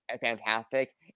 fantastic